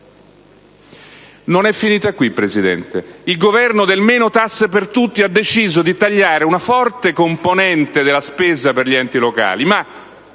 Non è finita qui, signor Presidente. Il Governo del "meno tasse per tutti" ha deciso di tagliare una forte componente della spesa per gli enti locali;